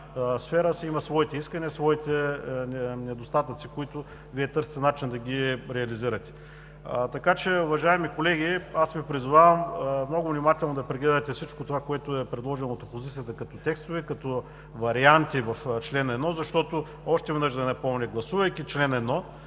сфера си има своите искания, своите недостатъци, които Вие търсите начин да реализирате. Така че, уважаеми колеги, аз Ви призовавам много внимателно да прегледате всичко това, което е предложено от опозицията като текстове, като варианти в чл. 1, защото, още веднъж да напомня, гласувайки чл. 1,